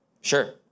Sure